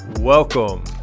Welcome